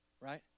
right